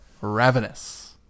Ravenous